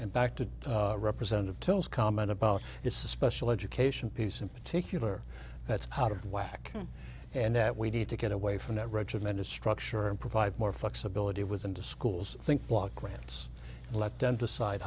and back to representative tells comment about it's a special education piece in particular that's out of whack and that we need to get away from that regimented structure and provide more flexibility was into schools think block grants and let them decide